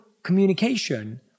communication